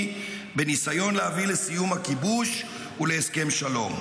בניסיון להביא לסיום הכיבוש ולהסכם שלום.